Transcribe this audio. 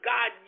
God